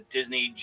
Disney